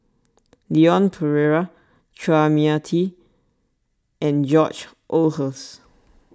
Leon Perera Chua Mia Tee and George Oehlers